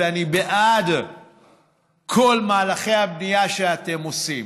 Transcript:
ואני בעד כל מהלכי הבנייה שאתם עושים.